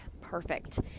perfect